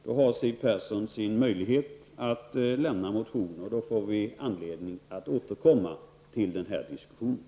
Då har Siw Persson sin möjlighet att väcka motion, och då får vi anledning att återkomma till den här diskussionen.